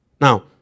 Now